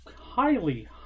highly